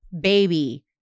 baby